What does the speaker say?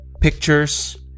pictures